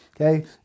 Okay